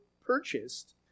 purchased